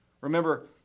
Remember